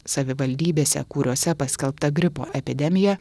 savivaldybėse kuriose paskelbta gripo epidemija